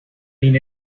mean